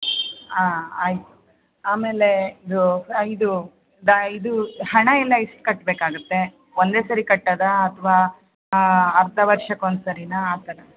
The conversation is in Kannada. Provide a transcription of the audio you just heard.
ಹಾಂ ಆಯಿತು ಆಮೇಲೆ ಇದು ಇದು ದ ಇದು ಹಣ ಎಲ್ಲ ಎಷ್ಟು ಕಟ್ಟಬೇಕಾಗತ್ತೆ ಒಂದೇ ಸರಿ ಕಟ್ಟೋದಾ ಅಥವಾ ಅರ್ಧ ವರ್ಷಕ್ಕೊಂದು ಸರಿನಾ ಆ ಥರನಾ